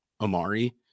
Amari